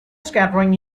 scattering